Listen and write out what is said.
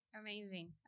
amazing